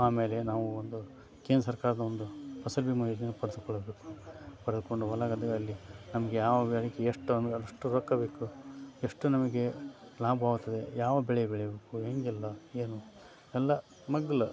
ಆಮೇಲೆ ನಾವು ಒಂದು ಕೇಂದ್ರ ಸರ್ಕಾರದ ಒಂದು ಫಸಲ್ ಭೀಮಾ ಯೋಜನೆ ಪಡೆದುಕೊಳ್ಳಬೇಕು ಪಡೆದುಕೊಂಡು ಹೊಲ ಗದ್ದೆಗಳಲ್ಲಿ ನಮಗೆ ಯಾವ ಬೆಳೆಗೆ ಎಷ್ಟೊಂದು ಎಷ್ಟು ರೊಕ್ಕ ಬೇಕು ಎಷ್ಟು ನಮಗೆ ಲಾಭವಾಗ್ತದೆ ಯಾವ ಬೆಳೆ ಬೆಳಿಬೇಕು ಹೇಗಿಲ್ಲ ಏನು ಎಲ್ಲ ಮಗ್ಗಲು